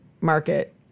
market